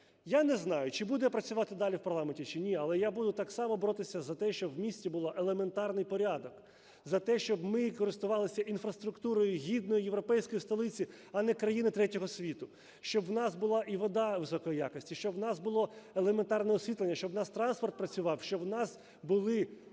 я не знаю, чи буду я працювати далі в парламенті, чи ні, але я буду так само боротися за те, щоб у місті був елементарний порядок, за те, щоб ми користувалися інфраструктурою гідної європейської столиці, а не країни третього світу, щоб у нас була і вода високої якості, щоб у нас було елементарне освітлення, щоб у нас транспорт працював, щоб у нас були